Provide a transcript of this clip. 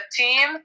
team